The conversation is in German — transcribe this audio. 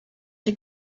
die